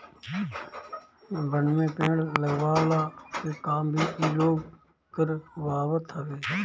वन में पेड़ लगवला के काम भी इ लोग करवावत हवे